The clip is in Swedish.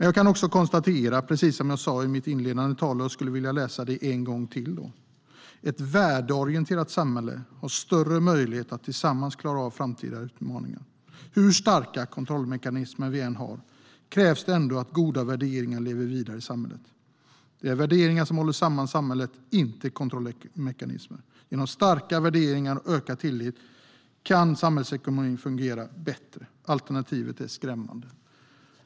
Jag skulle vilja läsa upp det jag sa i mitt inledande inlägg: Ett värdeorienterat samhälle har större möjlighet att tillsammans klara framtida utmaningar. Hur starka kontrollmekanismer vi än har krävs det ändå att goda värderingar lever vidare i samhället. Det är värderingarna som håller samman samhället, inte kontrollmekanismer. Genom starka värderingar och ökad tillit kan samhällsekonomin fungera bättre. Alternativet är skrämmande.